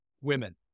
women